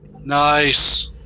Nice